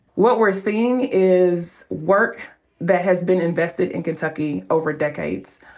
what we're seeing is work that has been invested in kentucky over decades.